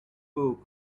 book